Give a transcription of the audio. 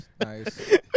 Nice